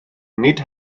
nid